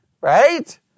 Right